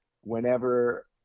whenever